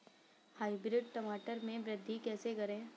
Hybrid टमाटर में वृद्धि कैसे करें?